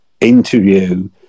interview